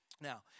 Now